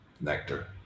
nectar